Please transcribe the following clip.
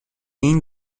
این